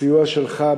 הסיוע שלך,